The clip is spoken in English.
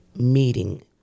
meeting